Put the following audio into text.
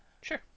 Sure